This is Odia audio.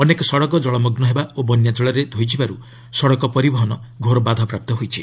ଅନେକ ସଡ଼କ ଜଳମଗ୍ନ ହେବା ଓ ବନ୍ୟାଜଳରେ ଧୋଇଯିବାରୁ ସଡ଼କ ପରିବହନ ଘୋର ବାଧାପ୍ରାପ୍ତ ହୋଇଛି